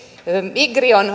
migri maahanmuuttovirasto on